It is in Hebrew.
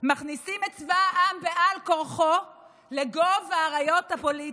מכניסים את צבא העם בעל כורחו לגוב האריות הפוליטי.